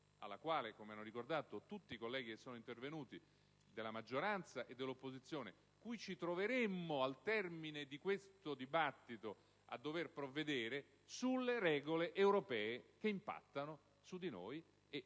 presa d'atto (come hanno ricordato tutti i colleghi che sono intervenuti della maggioranza e dell'opposizione), cui ci troveremmo al termine di questo dibattito di dover provvedere sulle regole europee che impattano su di noi.